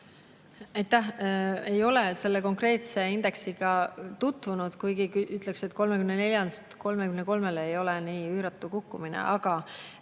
ei ole selle konkreetse indeksiga tutvunud, kuigi ütleks, et 34. kohalt 33-ndale ei ole nii üüratu kukkumine. Aga